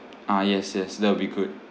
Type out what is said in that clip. ah yes yes that will be good